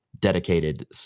dedicated